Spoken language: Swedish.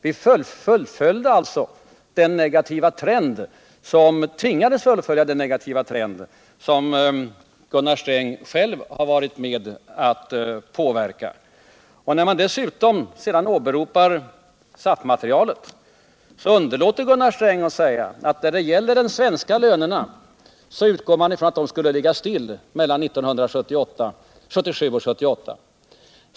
Vi åkte med i den negativa trend som Gunnar Sträng varit med om att påbörja. När Gunnar Sträng sedan åberopar SAF-materialet, underlåter han att tala om att det utgår från att de svenska lönerna skulle ligga stilla mellan 1977 och 1978.